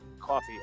Coffee